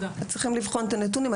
צריכים לבחון את הנתונים.